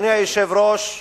אדוני היושב-ראש,